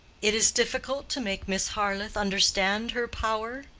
it is difficult to make miss harleth understand her power?